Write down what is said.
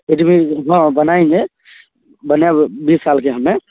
agreement हँ बनाएंगे बनाएब बीस सालके हमे